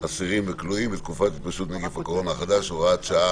אסירים וכלואים בתקופת התפשטות נגיף הקורונה החדש (הוראת שעה),